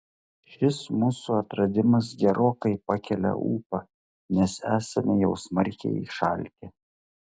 šis mūsų atradimas gerokai pakelia ūpą nes esame jau smarkiai išalkę